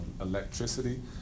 electricity